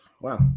wow